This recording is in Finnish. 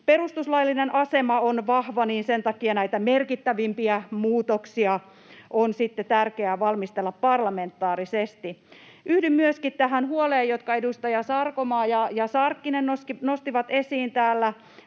perustuslaillinen asema on vahva, niin sen takia näitä merkittävimpiä muutoksia on tärkeää valmistella parlamentaarisesti. Yhdyn myöskin tähän huoleen, jonka edustajat Sarkomaa ja Sarkkinen nostivat esiin täällä,